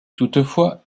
toutefois